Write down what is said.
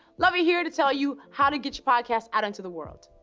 lovely here to tell you how to get your podcast out into the world.